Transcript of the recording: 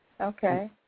Okay